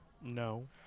No